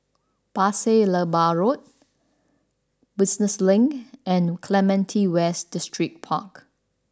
Pasir Laba Road Business Link and Clementi West Distripark